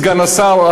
סגן השר,